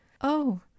Oh